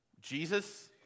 Jesus